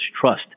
trust